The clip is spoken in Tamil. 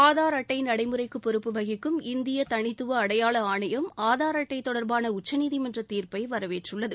ஆதார் அட்டை நடைமுறைக்கு பொறுப்பு வகிக்கும் இந்திய தனித்துவ அடையாள ஆணையம் ஆதார் அட்டை தொடர்பான உச்சநீதிமன்ற தீர்ப்பை வரவேற்றுள்ளது